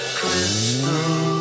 crystal